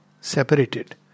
separated